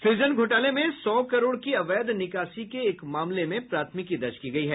सृजन घोटाले में सौ करोड़ की अवैध निकासी के एक मामले में प्राथमिकी दर्ज की गयी है